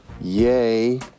yay